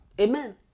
Amen